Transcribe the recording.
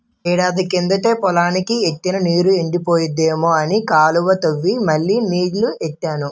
ఎండెక్కిదంటే పొలానికి ఎట్టిన నీరు ఎండిపోద్దేమో అని కాలువ తవ్వి మళ్ళీ నీల్లెట్టాను